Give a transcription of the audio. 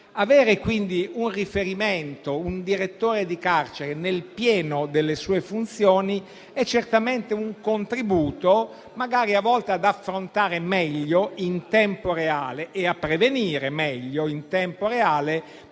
Avere quindi un riferimento, un direttore di carcere nel pieno delle sue funzioni è certamente un contributo, talvolta, ad affrontare e a prevenire meglio, in tempo reale,